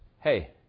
hey